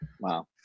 wow